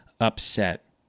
upset